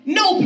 no